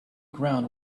ground